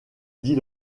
dit